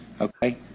Okay